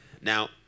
Now